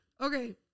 Okay